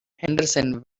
henderson